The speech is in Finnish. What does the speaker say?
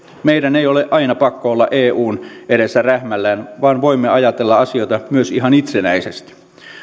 meidän ei ole aina pakko olla eun edessä rähmällään vaan voimme ajatella asioita myös ihan itsenäisesti